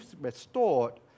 restored